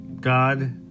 God